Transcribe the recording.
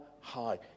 high